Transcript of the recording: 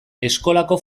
eskolako